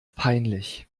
peinlich